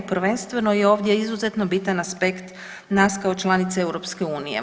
Prvenstveno je ovdje izuzetno bitan aspekt nas kao članice EU